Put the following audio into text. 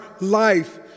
life